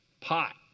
pot